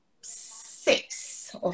six